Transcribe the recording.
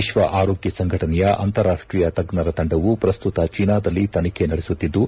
ವಿಶ್ವ ಆರೋಗ್ಯ ಸಂಘಟನೆಯ ಅಂತಾರಾಷ್ಷೀಯ ತಜ್ವರ ತಂಡವು ಪ್ರಸ್ತುತ ಚೀನಾದಲ್ಲಿ ತನಿಖೆ ನಡೆಸುತ್ತಿದ್ದು